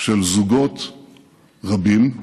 של זוגות רבים,